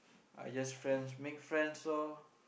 I just friends make friends all